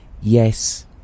yes